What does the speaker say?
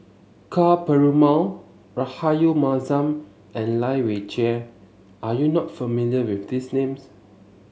Ka Perumal Rahayu Mahzam and Lai Weijie are you not familiar with these names